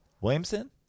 Williamson